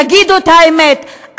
תגידו את האמת,